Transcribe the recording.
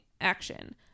action